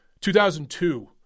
2002